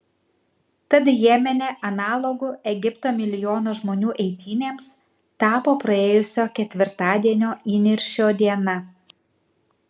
tad jemene analogu egipto milijono žmonių eitynėms tapo praėjusio ketvirtadienio įniršio diena